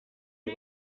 die